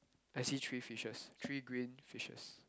I see three fishes three green fishes